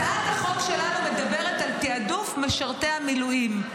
הצעת החוק שלנו מדברת על תיעדוף משרתי המילואים,